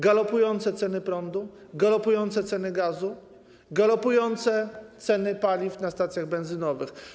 Galopujące ceny prądu, galopujące ceny gazu, galopujące ceny paliw na stacjach benzynowych.